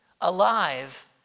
alive